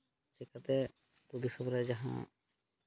ᱪᱤᱠᱟᱹᱛᱮ ᱟᱛᱳ ᱫᱤᱥᱚᱢ ᱨᱮ ᱡᱟᱦᱟᱸ